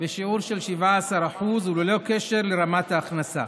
בשיעור 17%, ללא קשר לרמת ההכנסה.